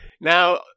Now